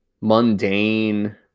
mundane